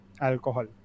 alcohol